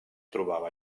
trobava